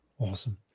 Awesome